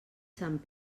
sant